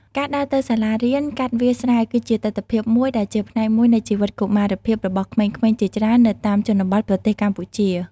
ការដើរទៅសាលារៀនកាត់វាលស្រែ គឺជាទិដ្ឋភាពមួយដ៏ស៊ាំធ្លាប់ និងជាផ្នែកមួយនៃជីវិតកុមារភាពរបស់ក្មេងៗជាច្រើននៅតាមជនបទប្រទេសកម្ពុជា។